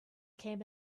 came